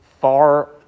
far